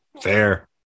Fair